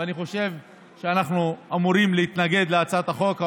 ואני חושב שאנחנו אמורים להתנגד להצעת החוק.